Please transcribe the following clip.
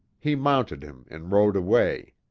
he mounted him and rode away.